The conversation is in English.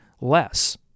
less